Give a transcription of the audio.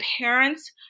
parents